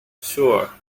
sure